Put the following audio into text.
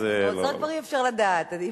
עם האוצר אי-אפשר לדעת.